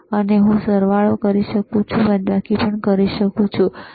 તો હવે હું સરવાળો કરી શકું છું હું બાદબાકી કરી શકું છું બરાબર